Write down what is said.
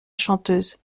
chanteuse